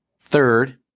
Third